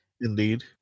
Indeed